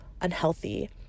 unhealthy